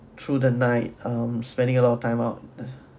through the night um spending a lot of time out